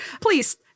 please